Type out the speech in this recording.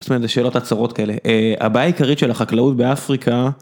איזה שאלות הצרות כאלה הבעיה העיקרית של החקלאות באפריקה.